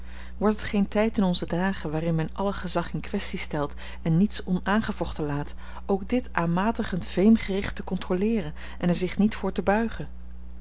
wordt het geen tijd in onze dagen waarin men alle gezag in kwestie stelt en niets onaangevochten laat ook dit aanmatigend veemgericht te controleeren en er zich niet voor te buigen